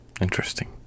Interesting